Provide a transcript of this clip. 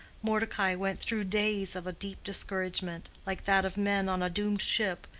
mordecai went through days of a deep discouragement, like that of men on a doomed ship,